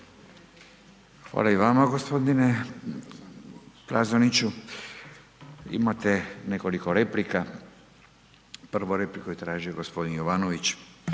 Hvala i vama g. Plazoniću. Imate nekoliko replika, prvu repliku je tražio g. Jovanović.